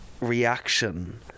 reaction